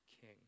king